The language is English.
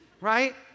right